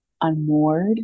unmoored